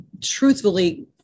truthfully